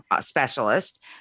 specialist